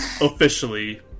officially